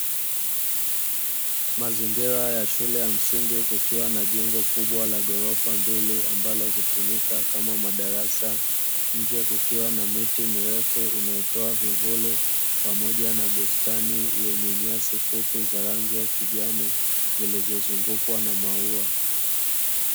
Mazingira ya shule ya msingi kukiwa na jengo kubwa la ghorofa mbili ambalo hutumika kama madarasa. Nje kukiwa na miti mirefu inayotoa vivuli pamoja na bustani yenye nyasi fupi za rangi ya kijani zilizozungukwa na maua.